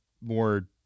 more